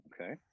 Okay